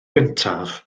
gyntaf